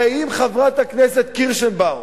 הרי אם חברת הכנסת קירשנבאום,